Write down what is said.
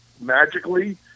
magically